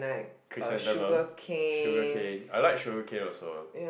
chrysanthemum sugar cane I like sugar cane also